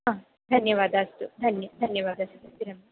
आम् धन्यवादः अस्तु धन्य धन्यवादः विरमामि